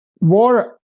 war